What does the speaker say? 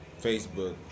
facebook